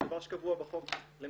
זה דבר שקבוע בחוק -- ברור.